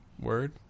word